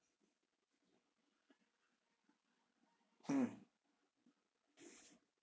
mm